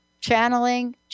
channeling